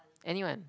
anyone